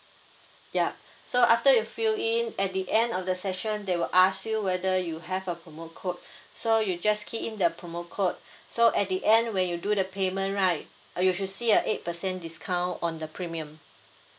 ya so after you fill in at the end of the session they will ask you whether you have a promo code so you just key in the promo code so at the end when you do the payment right uh you should see a eight percent discount on the premium